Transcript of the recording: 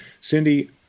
Cindy